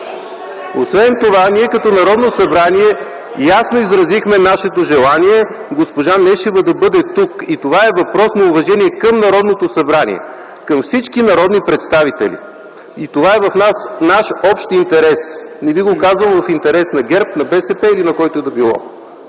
ГЕРБ: „Това не беше прегласуване!”) ясно изразихме нашето желание госпожа Нешева да бъде тук. Това е въпрос на уважение към Народното събрание, към всички народни представители. Това е в наш общ интерес. Не ви го казвам в интерес на ГЕРБ, на БСП или на когото и да било.